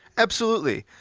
absolutely,